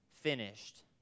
finished